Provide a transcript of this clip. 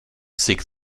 seek